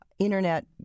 Internet